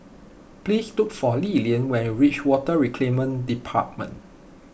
please look for Lilian when you reach Water Reclamation Department